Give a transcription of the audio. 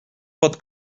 pod